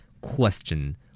Question